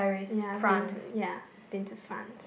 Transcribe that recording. ya I've been to ya been to France